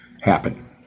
happen